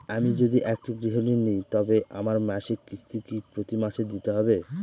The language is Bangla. আমি যদি একটি গৃহঋণ নিই তবে আমার মাসিক কিস্তি কি প্রতি মাসে দিতে হবে?